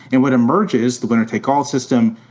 and what emerges, the winner take all system,